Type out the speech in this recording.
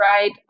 right